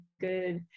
good